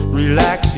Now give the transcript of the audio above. relax